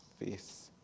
Faith